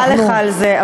ומודה לך על זה,